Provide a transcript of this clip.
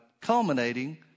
culminating